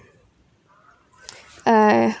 I